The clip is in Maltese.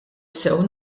sew